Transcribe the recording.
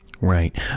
Right